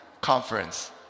conference